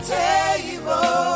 table